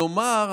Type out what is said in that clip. כלומר,